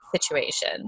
situation